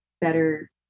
better